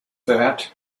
that